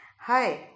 Hi